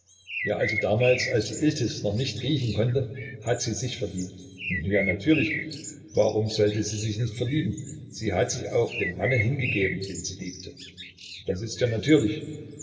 ja also damals als sie iltis noch nicht riechen konnte hat sie sich verliebt ja natürlich warum sollte sie sich nicht verlieben sie hat sich auch dem manne hingegeben den sie liebte das ist ja natürlich